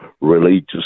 religious